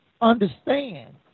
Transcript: understand